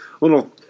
little